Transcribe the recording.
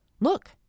Look